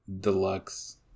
Deluxe